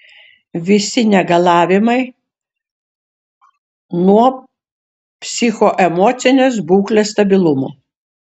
visi negalavimai nuo psichoemocinės būklės stabilumo